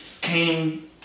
came